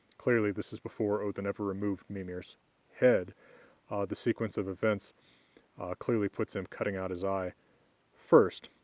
clearly this is before odinn ever removed mimir's head the sequence of events clearly puts him cutting out his eye first.